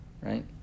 Right